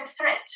threat